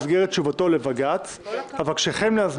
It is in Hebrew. במסגרת תשובת הכנסת לבג"ץ (429/20 ישראל שדה נ' הכנסת),